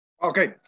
Okay